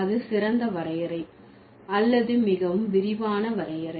அது சிறந்த வரையறை அல்லது மிகவும் விரிவான வரையறை